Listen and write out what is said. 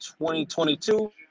2022